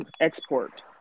export